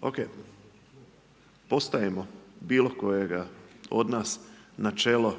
O.K. postavimo bilo kojega od nas na čelo